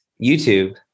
YouTube